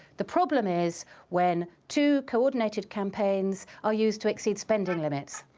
the problem is when two coordinated campaigns are used to exceed spending limits.